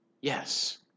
Yes